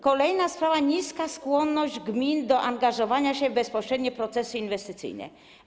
Kolejna sprawa - niska skłonność gmin do angażowania się w bezpośrednie procesy inwestycyjne.